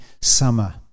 summer